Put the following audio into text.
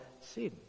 sin